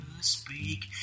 speak